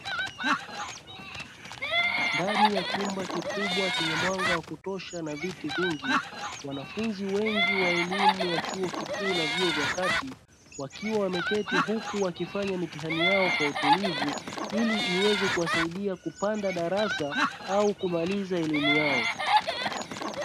Ndani ya chumba kikubwa chenye mwanga wa kutosha na viti vingi, wanafunzi wengi wa elimu ya chuo kikuu na vyuo vya kati wakiwa wameketi huku wakifanya mitihani yao kwa utulivu ili iweze kuwasaidia kupanda darasa au kumaliza elimu yao.